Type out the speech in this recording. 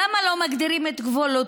למה לא מגדירים את גבולותיה?